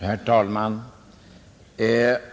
Herr talman!